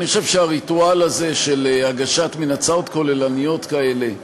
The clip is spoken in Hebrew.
אני חושב שהריטואל הזה של הגשת מין הצעות כוללניות כאלה,